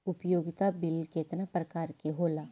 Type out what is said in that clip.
उपयोगिता बिल केतना प्रकार के होला?